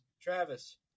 Travis